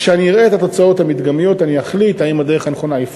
כשאני אראה את התוצאות המדגמיות אני אחליט אם הדרך הנכונה היא פקטור,